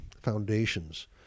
foundations